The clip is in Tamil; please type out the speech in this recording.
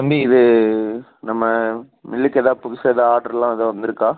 தம்பி இது நம்ம மில்லுக்கு எதாது புதுசாக எதாது ஆர்ட்ருலாம் எதாது வந்திருக்கா